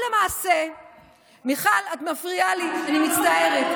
אני לא מצליחה,